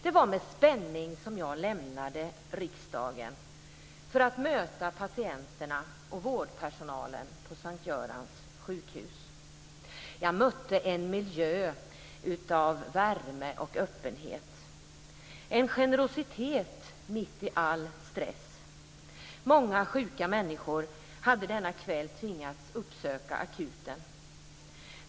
Det var med spänning som jag lämnade riksdagen för att möta patienterna och vårdpersonalen på S:t Görans sjukhus. Jag mötte en miljö av värme och öppenhet, en generositet mitt i all stress. Många sjuka människor hade denna kväll tvingats uppsöka akuten.